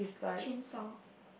chainsaw